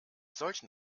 solchen